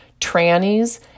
trannies